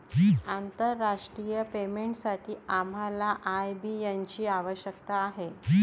आंतरराष्ट्रीय पेमेंटसाठी आम्हाला आय.बी.एन ची आवश्यकता आहे